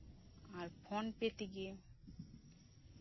phone ᱯᱮ ᱛᱮᱜᱮ